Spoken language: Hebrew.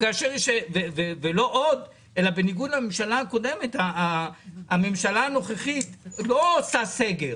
בניגוד לממשלה הקודמת הממשלה הנוכחית לא עושה סגר,